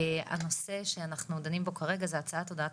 הנושא שאנחנו דנים בו כרגע זה הצעת הודעת